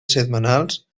setmanals